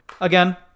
Again